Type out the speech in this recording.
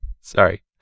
Sorry